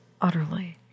utterly